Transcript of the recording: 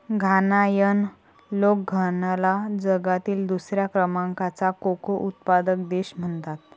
घानायन लोक घानाला जगातील दुसऱ्या क्रमांकाचा कोको उत्पादक देश म्हणतात